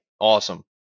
Awesome